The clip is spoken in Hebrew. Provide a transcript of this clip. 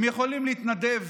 הם יכולים להתנדב